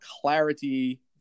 clarity